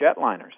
jetliners